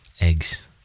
eggs